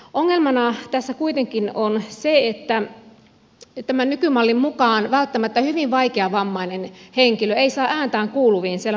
ongelmana tässä kuitenkin on se että tämän nykymallin mukaan välttämättä hyvin vaikeavammainen henkilö ei saa ääntään kuuluviin siellä vammaisneuvostossa